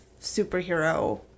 superhero